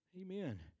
Amen